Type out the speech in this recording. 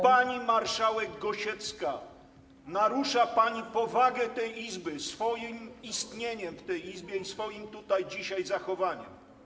Pani marszałek Gosiewska, narusza pani powagę tej Izby swoim istnieniem w tej Izbie i swoim tutaj dzisiaj zachowaniem.